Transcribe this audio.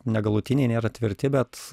negalutiniai nėra tvirti bet